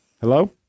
Hello